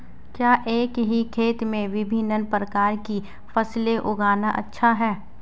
क्या एक ही खेत में विभिन्न प्रकार की फसलें उगाना अच्छा है?